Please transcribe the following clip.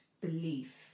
belief